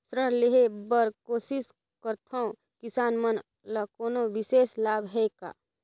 ऋण लेहे बर कोशिश करथवं, किसान मन ल कोनो विशेष लाभ हे का?